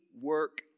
work